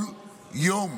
כל יום